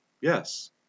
Yes